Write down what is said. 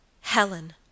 Helen